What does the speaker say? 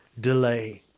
delay